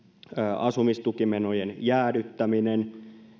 asumistukimenojen jäädyttäminen